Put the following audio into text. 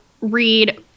read